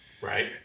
Right